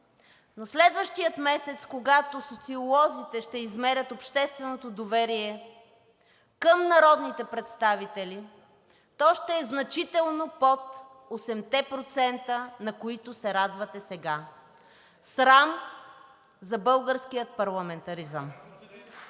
но следващия месец, когато социолозите ще измерят общественото доверие към народните представители, то ще е значително под 8%, на които се радвате сега. Срам за българския парламентаризъм!